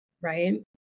right